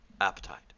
appetite